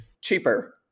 cheaper